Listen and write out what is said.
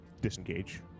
disengage